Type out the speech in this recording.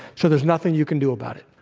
so there's nothing you can do about it.